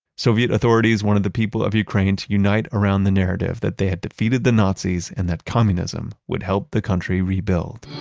soviet authorities wanted the people of ukraine to unite around the narrative that they had defeated the nazis and that communism would help the country rebuild